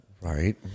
Right